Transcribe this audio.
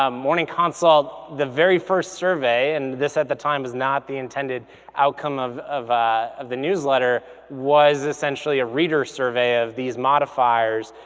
um morning consult, the very first survey, and this at the time was not the intended outcome of of ah the newsletter, was essentially a reader survey of these modifiers.